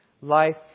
Life